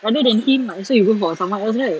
rather than him might as well you go for someone else right